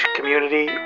Community